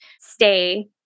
stay